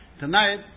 Tonight